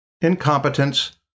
incompetence